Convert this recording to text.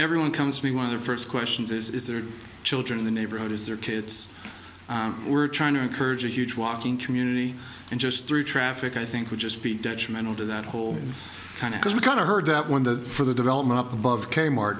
everyone comes to me one of the first questions is is there children in the neighborhood is there kids we're trying to encourage a huge walking community and just through traffic i think would just be detrimental to that whole kind of cause we kind of heard that when the for the development up above k mart